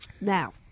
Now